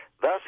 thus